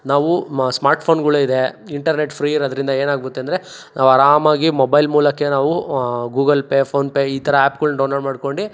ನಾವು ಮಾ ಸ್ಮಾರ್ಟ್ಫೋನ್ಗಳಿದೆ ಇಂಟರ್ನೆಟ್ ಫ್ರೀ ಇರೋದ್ರಿಂದ ಏನಾಗುತ್ತೆ ಅಂದರೆ ನಾವು ಆರಾಮಾಗಿ ಮೊಬೈಲ್ ಮೂಲಕವೇ ನಾವು ಗೂಗಲ್ ಪೇ ಫೋನ್ ಪೇ ಈ ಥರ ಆ್ಯಪ್ಗಳ್ನ ಡೌನ್ ಲೋಡ್ ಮಾಡ್ಕೊಂಡು